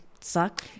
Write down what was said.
suck